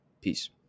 peace